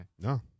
No